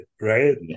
right